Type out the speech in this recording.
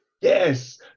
Yes